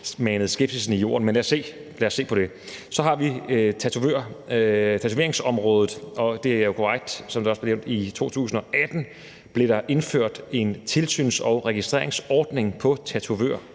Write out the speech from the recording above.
manet skepsissen i jorden. Men lad os se på det. Så har vi for det andet tatoveringsområdet, og det er jo korrekt, som det også blev nævnt, at der i 2018 blev indført en tilsyns- og registreringsordning på tatovørområdet.